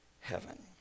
heaven